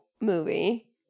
movie